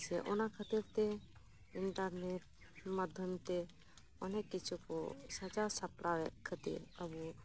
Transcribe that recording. ᱥᱮ ᱚᱱᱟ ᱠᱷᱟᱹᱛᱤᱨ ᱛᱮ ᱤᱱᱴᱟᱨᱱᱮᱴ ᱢᱟᱫᱷᱭᱚᱢ ᱛᱮ ᱚᱱᱮᱠ ᱠᱤᱪᱷᱩ ᱠᱚ ᱥᱟᱡᱟᱣ ᱥᱟᱯᱲᱟᱣᱭᱮᱫ ᱠᱷᱟᱹᱛᱤᱨ ᱟᱵᱚ